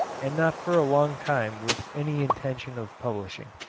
and not for a long time with any intention of publishing.